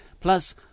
Plus